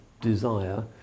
desire